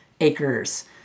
acres